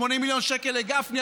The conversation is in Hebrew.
80 מיליון שקל לגפני,